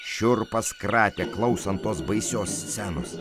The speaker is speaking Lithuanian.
šiurpas kratė klausant tos baisios scenos